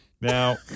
Now